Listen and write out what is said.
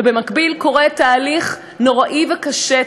ובמקביל קורה תהליך נורא וקשה,